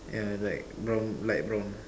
yeah like brown light brown